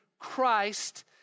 Christ